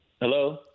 Hello